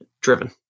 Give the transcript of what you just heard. driven